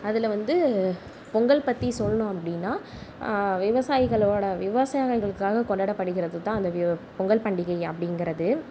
அதில் வந்து பொங்கல் பற்றி சொல்லணும் அப்படினா விவசாயிகளோட விவசாயங்களுக்காக கொண்டாடப்படுகிறது தான் அந்த பொங்கல் பண்டிகை அப்படிங்குறது